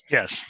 Yes